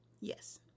Yes